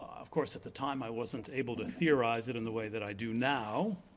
of course at the time i wasn't able to theorize it in the way that i do now.